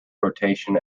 rotation